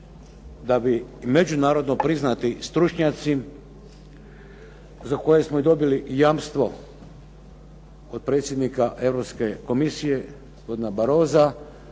da bi međunarodno priznati stručnjaci za koje smo i dobili jamstvo od predsjednika Europske Komisije gospodina